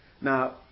Now